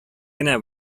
генә